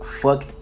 fuck